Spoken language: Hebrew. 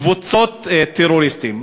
קבוצות טרוריסטים.